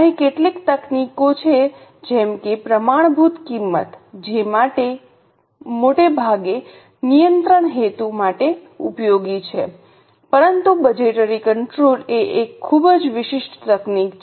અહીં કેટલીક તકનીકો છે જેમ કે પ્રમાણભૂત કિંમત જે મોટે ભાગે નિયંત્રણ હેતુ માટે ઉપયોગી છે પરંતુ બજેટરી કંટ્રોલ એ એક ખૂબ જ વિશિષ્ટ તકનીક છે